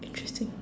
interesting